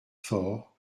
fort